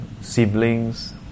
siblings